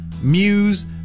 Muse